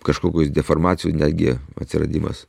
kažkokios deformacijų netgi atsiradimas